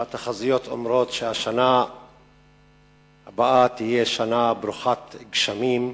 התחזיות אומרות שהשנה הבאה תהיה שנה ברוכת גשמים.